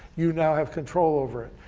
you now have control over it.